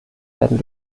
werden